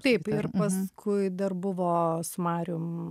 taip ir paskui dar buvo su marium